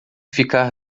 ficar